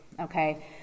Okay